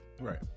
Right